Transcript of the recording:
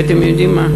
ואתם יודעים מה?